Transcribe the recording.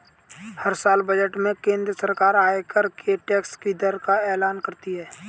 हर साल बजट में केंद्र सरकार आयकर के टैक्स की दर का एलान करती है